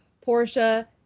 Portia